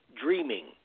dreaming